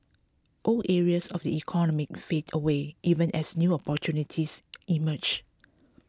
old areas of the economy fade away even as new opportunities emerge